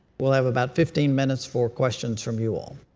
we'll have about fifteen minutes for questions from you all.